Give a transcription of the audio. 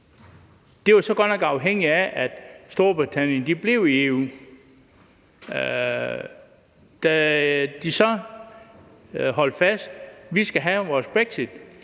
Det var så godt nok afhængigt af, at Storbritannien blev i EU, men da de så holdt fast i, at de skulle have deres brexit,